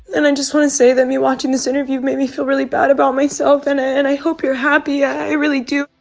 and i just want to say that me watching this interview made me feel really bad about myself, and and i hope you're happy, i really do.